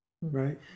Right